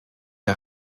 der